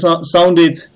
sounded